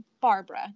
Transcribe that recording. Barbara